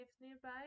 nearby